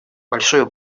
большую